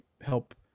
help